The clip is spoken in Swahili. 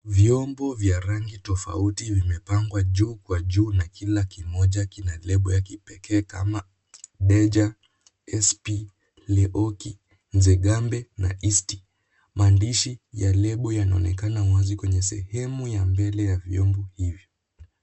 Vyombo vya rangi tofauti vimepangwa juu kwa juu na kila kimoja kina lebo ya kipekee kama deja, SP, leoki, nzegambe, na isti. Maandishi ya lebo yanaonekana wazi kwenye sehemu ya mbele ya vyombo hivyo.